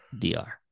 DR